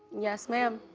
yes ma'am.